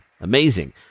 amazing